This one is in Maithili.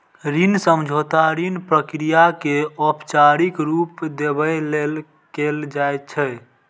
ऋण समझौता ऋण प्रक्रिया कें औपचारिक रूप देबय लेल कैल जाइ छै